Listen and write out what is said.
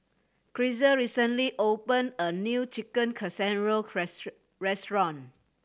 Grisel recently opened a new Chicken Casserole restaurant